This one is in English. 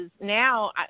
now